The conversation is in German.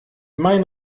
mein